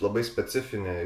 labai specifinė